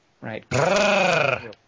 right